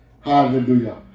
hallelujah